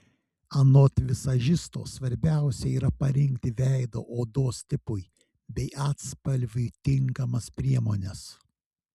anot vizažisto svarbiausia yra parinkti veido odos tipui bei atspalviui tinkamas priemones